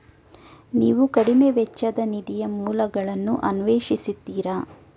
ನೀವು ಕಡಿಮೆ ವೆಚ್ಚದ ನಿಧಿಯ ಮೂಲಗಳನ್ನು ಅನ್ವೇಷಿಸಿದ್ದೀರಾ?